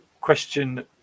question